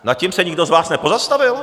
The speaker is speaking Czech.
Nad tím se nikdo z vás nepozastavil?